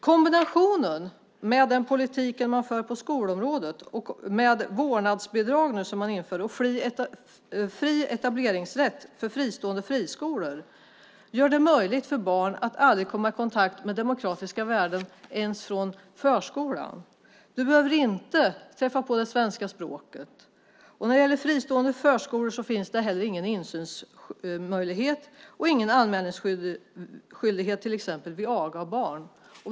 Kombinationen av den politik man för på skolområdet och vårdnadsbidrag, som man nu inför, och fri etableringsrätt för fristående friskolor gör att barn kanske aldrig kommer i kontakt med demokratiska värden, inte ens i förskolan. De behöver inte träffa på det svenska språket. När det gäller fristående förskolor finns det heller ingen insynsmöjlighet, och det är ingen anmälningsskyldighet till exempel vid aga av barn.